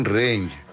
range